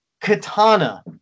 Katana